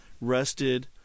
rested